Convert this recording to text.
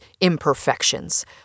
imperfections